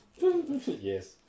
Yes